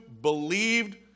believed